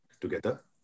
together